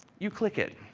you click it.